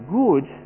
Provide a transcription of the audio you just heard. good